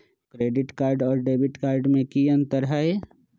Credit card और debit card में की अंतर हई?